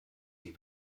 die